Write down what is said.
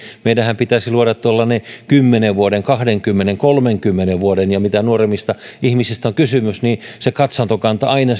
meidänhän pitäisi luoda tuollainen kymmenen vuoden kahdenkymmenen kolmenkymmenen vuoden kehys ja mitä nuoremmista ihmisistä on kysymys niin aina